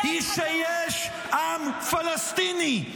-- שהמשמעות שלו היא שיש עם פלסטיני,